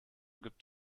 gibt